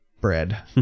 bread